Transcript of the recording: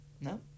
No